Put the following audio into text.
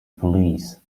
police